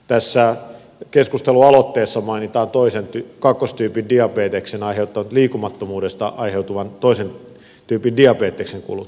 tässä keskustelualoitteessa mainitaan kakkostyypin diabeteksen liikkumattomuudesta aiheutuvan toisen tyypin diabeteksen kulut